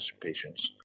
patients